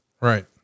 right